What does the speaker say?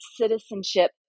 citizenship